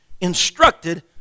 instructed